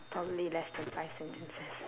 probably less than five sentences